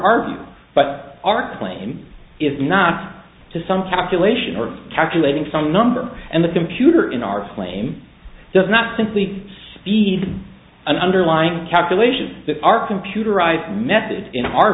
view but our claim is not to some calculation or calculating some number and the computer in our claim does not simply speed an underlying calculation that our computerized method in our